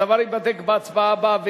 הדבר ייבדק בהצבעה הבאה,